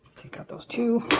take out those two.